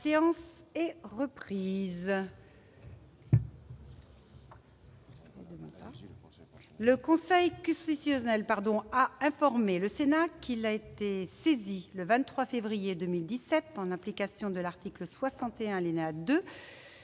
La séance est reprise. Le Conseil constitutionnel a informé le Sénat qu'il a été saisi le 23 février 2017, en application de l'article 61, alinéa 2,